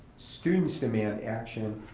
students demand action,